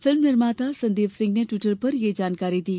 film निर्माता संदीप सिंह ने Twitter पर यह जानकारी दी